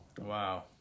Wow